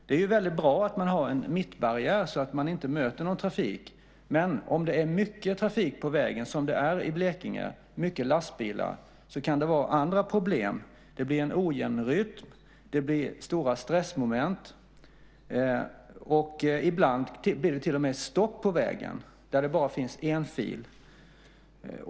Det är väldigt bra att ha en mittbarriär så att man inte möter någon trafik, men om det är mycket trafik, mycket lastbilar på vägen som det är i Blekinge, kan det vara andra problem. Det blir en ojämn rytm. Det blir stora stressmoment. Ibland blir det till och med stopp på vägen där det bara finns en fil.